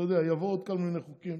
אתה יודע, יבואו עוד כל מיני חוקים